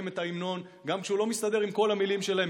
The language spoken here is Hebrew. את ההמנון גם כשהם לא מסתדרים עם כל המילים שלו,